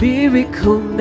Miracle